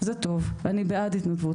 זה טוב, אני בעד התנדבות.